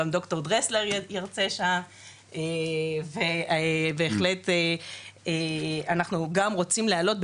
גם דוקטור דרסלר ירצה שם ובהחלט אנחנו גם רוצים להעלות,